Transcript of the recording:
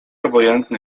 obojętny